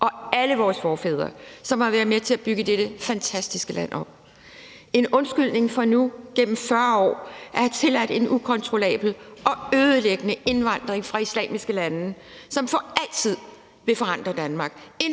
og alle vores forfædre, som har været med til at bygge dette fantastiske land op. Det er en undskyldning for nu gennem 40 år at have tilladt en ukontrollabel og ødelæggende indvandring fra islamiske lande, som for altid vil forandre Danmark.